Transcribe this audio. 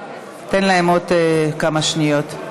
תן להם עוד כמה שניות.